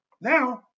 Now